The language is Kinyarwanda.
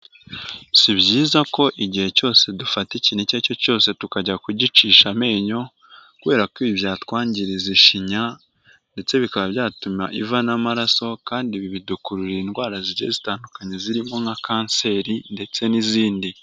Si byiza ko igihe cyose dufata ikintu icyo ari cyo cyose tukajya kugicisha amenyo kubera ko ibi byatwangiriza ishinya ndetse bikaba byatuma iva n'amaraso kandi ibi bidukurura indwara zigiye zitandukanye zirimo nka kanseri ndetse n'izindi.